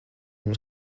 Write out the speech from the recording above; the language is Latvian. jums